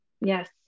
Yes